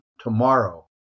tomorrow